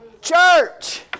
Church